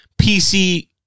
PC